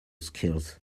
skills